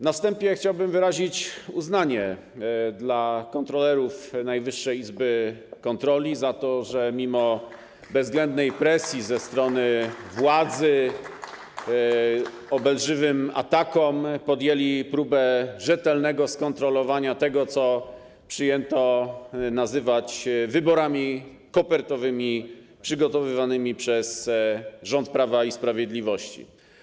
Na wstępie chciałbym wyrazić uznanie dla kontrolerów Najwyższej Izby Kontroli za to, że mimo bezwzględnej presji ze strony władzy, obelżywych ataków podjęli próbę rzetelnego skontrolowania tego, co przyjęto nazywać wyborami kopertowymi przygotowywanymi przez rząd Prawa i Sprawiedliwości.